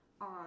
on